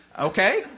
Okay